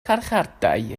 carchardai